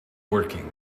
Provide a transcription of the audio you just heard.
working